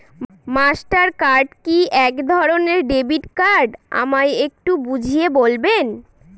Master card কি একধরণের debit card আমায় একটু বুঝিয়ে বলবেন?